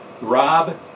Rob